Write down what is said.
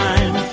Time